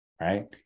right